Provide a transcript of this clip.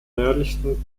nördlichsten